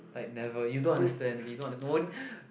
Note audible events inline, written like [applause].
like never you don't understand okay you don't under~ don't [breath]